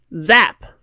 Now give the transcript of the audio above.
zap